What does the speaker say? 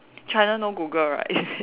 China no Google right is it